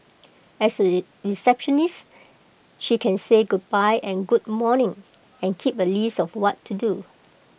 as A receptionist she can say goodbye and good morning and keep A list of what to do